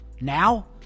Now